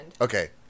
Okay